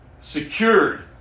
Secured